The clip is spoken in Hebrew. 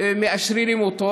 מאשררים אותו?